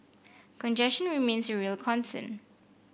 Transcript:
congestion remains a real concern